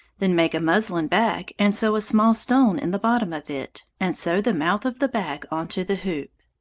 then make a muslin bag and sew a small stone in the bottom of it, and sew the mouth of the bag onto the hoop.